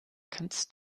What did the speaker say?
kannst